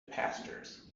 pastures